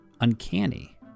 uncanny